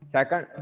Second